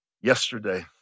yesterday